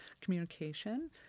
communication